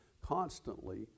constantly